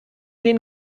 den